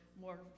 more